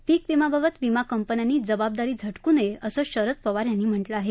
पीक विम्याबाबत विमा कंपन्यांनी जबाबदारी झटकू नये असं शरद पवार यांनी म्हटलं आहे